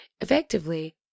effectively